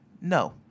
No